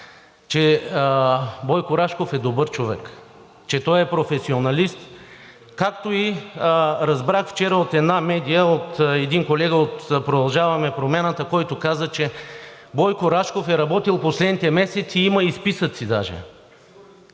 че Бойко Рашков е добър човек, че той е професионалист. Както разбрах вчера от една медия, от един колега от „Продължаваме Промяната“, който каза, че Бойко Рашков е работил последните месеци, има и списъци даже.